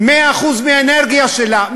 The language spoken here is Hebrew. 100% האנרגיה שלה,